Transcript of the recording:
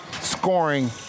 scoring